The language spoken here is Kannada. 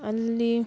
ಅಲ್ಲಿ